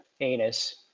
anus